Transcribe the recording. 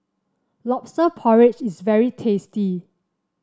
lobster porridge is very tasty